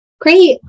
Great